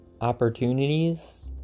opportunities